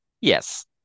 Yes